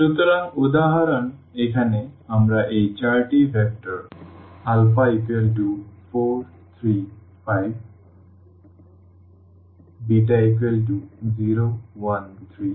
সুতরাং উদাহরণ এখানে আমরা এই চারটি ভেক্টর α435Tβ013Tγ211Tδ422T গ্রহণ করি